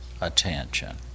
attention